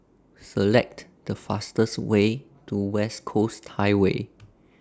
Select The fastest Way to West Coast Highway